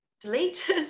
delete